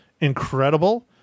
incredible